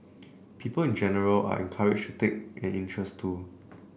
people in general are encouraged to take an interest too